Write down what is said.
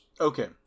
Okay